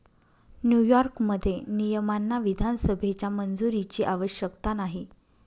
न्यूयॉर्कमध्ये, नियमांना विधानसभेच्या मंजुरीची आवश्यकता नाही